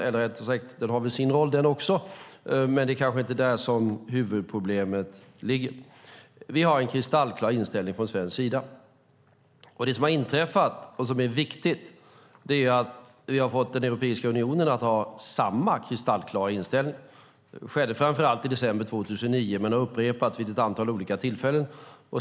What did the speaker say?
Eller rättare sagt har den väl sin roll också, men det kanske inte är där som huvudproblemet ligger. Vi har en kristallklar inställning från svensk sida. Det som har inträffat och som är viktigt är att vi har fått Europeiska unionen att ha samma kristallklara inställning. Det skedde framför allt i december 2009 men har upprepats vid ett antal olika tillfällen.